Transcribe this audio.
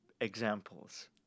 examples